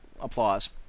applause